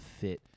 fit